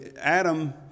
Adam